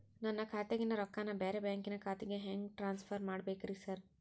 ನನ್ನ ಖಾತ್ಯಾಗಿನ ರೊಕ್ಕಾನ ಬ್ಯಾರೆ ಬ್ಯಾಂಕಿನ ಖಾತೆಗೆ ಹೆಂಗ್ ಟ್ರಾನ್ಸ್ ಪರ್ ಮಾಡ್ಬೇಕ್ರಿ ಸಾರ್?